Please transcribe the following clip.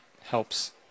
helps